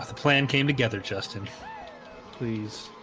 ah plan came together justin please